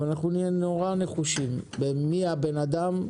אבל אנחנו נורא נחושים לגבי מי הבן אדם,